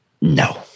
no